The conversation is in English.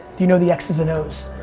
do you know the x's and o's?